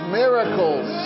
miracles